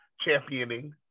championing